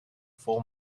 full